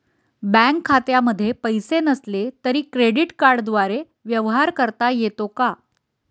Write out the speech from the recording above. Bank खात्यामध्ये पैसे नसले तरी क्रेडिट कार्डद्वारे व्यवहार करता येतो का?